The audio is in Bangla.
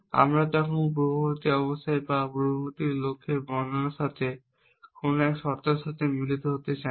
আমরা তখন পূর্ববর্তী অবস্থায় বা পূর্ববর্তী লক্ষ্যের বর্ণনার সাথে কোন একটি শর্তের সাথে মিলিত হতে চাই না